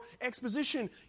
exposition